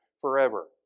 forever